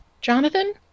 jonathan